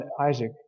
Isaac